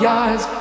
eyes